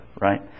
Right